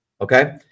Okay